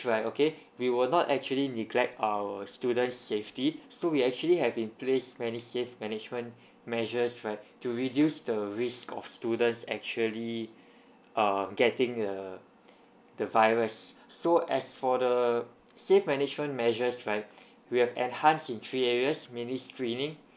right okay we will not actually neglect our students safety so we actually have in place many safe management measures right to reduce the risk of students actually um getting err the virus so as for the safe management measures right we have enhanced in three areas mainly screening